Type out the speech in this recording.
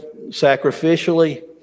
sacrificially